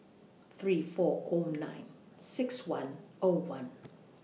three four O nine six one O one